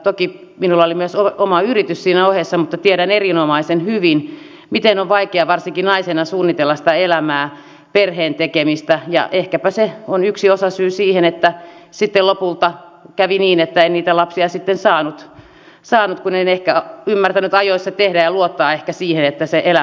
toki minulla oli myös oma yritys siinä ohessa mutta tiedän erinomaisen hyvin miten on vaikeaa varsinkin naisena suunnitella sitä elämää perheen tekemistä ja ehkäpä se on yksi osasyy siihen että sitten lopulta kävi niin että en niitä lapsia saanut kun en ehkä ymmärtänyt ajoissa tehdä ja luottaa ehkä siihen että se elämä kantaa